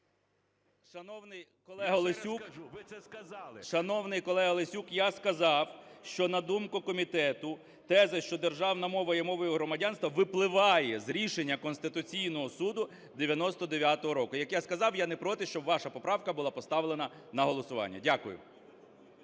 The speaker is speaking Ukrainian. Шановний колега Лесюк! Я сказав, що, на думку комітету, теза, що державна мова є мовою громадянства, випливає з рішення Конституційного Суду 1999 року. Як я сказав, я не проти, щоб ваша поправка була поставлена на голосування. Дякую.